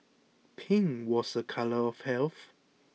pink was a colour of health